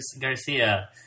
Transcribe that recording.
garcia